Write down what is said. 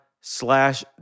slash